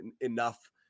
enough